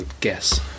guess